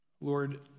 Lord